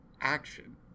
action